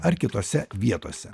ar kitose vietose